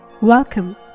Welcome